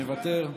מוותר.